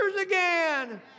again